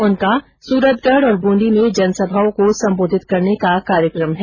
उनका सुरतगढ और बूंदी में जनसभाओं को संबोधित करने का कार्यक्रम है